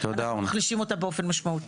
אנחנו מחלישים אותה באופן משמעותי.